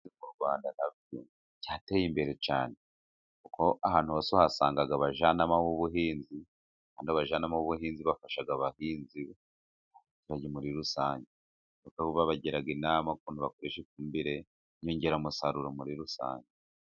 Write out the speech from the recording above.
Mu Rwanda igihingwa cyateye imbere cyane, ahantu hose uhasanga abajyanama b'ubuhinzi , abajyanama buhinzi bafasha abahinzi mu bumenyi rusange babagira inama ku bakoresha ifumbire, inyongeramusaruro muri rusange.